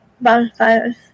bonfires